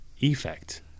effect